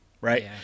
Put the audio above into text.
right